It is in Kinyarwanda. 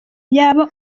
yaba